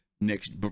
next